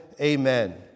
amen